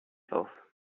off